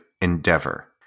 endeavor